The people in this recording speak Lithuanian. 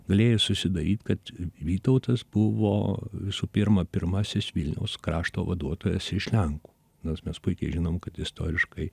galėjai susidaryt kad vytautas buvo visų pirma pirmasis vilniaus krašto vaduotojas iš lenkų nors mes puikiai žinom kad istoriškai